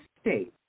states